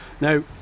now